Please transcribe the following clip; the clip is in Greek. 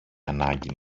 ανάγκη